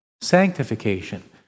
sanctification